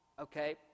Okay